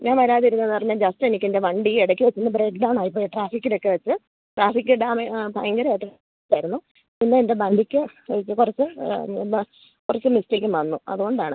ഞാൻ വരാതിരുന്നതെന്ന് പറഞ്ഞാൽ ജസ്റ്റ് എനിക്ക് എൻ്റെ വണ്ടി ഇടയ്ക്ക് വച്ചൊന്ന് ബ്രേക്ഡൗൺ ആയിപ്പോയി ട്രാഫിക്കിലൊക്കെ വച്ചു ട്രാഫിക് ഭയങ്കരായിട്ട് തായിരുന്നു പിന്നെ എൻ്റെ വണ്ടിക്ക് കുറച്ചു എന്താണ് കുറച്ചു മിസ്റ്റേക്കും വന്നു അതുകൊണ്ടാണ്